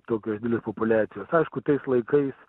tokios didelės populiacijos aišku tais laikais